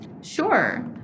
Sure